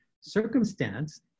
circumstance